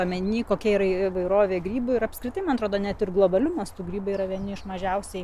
omenyje kokia yra įvairovė grybų ir apskritai man atrodo net ir globaliu mastu grybai yra vieni iš mažiausiai